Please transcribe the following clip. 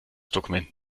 dokument